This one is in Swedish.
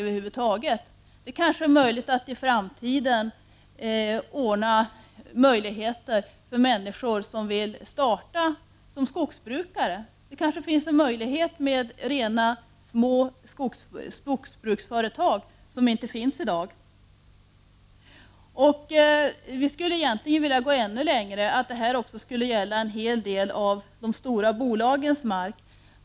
Det blir kanske i framtiden möjligt för människor som vill ägna sig åt skogsbruk att starta rena, små skogsbruksföretag, något som inte finns i dag. Vi vill egentligen gå ännu längre och säga att detta även skall gälla de stora bolagens mark.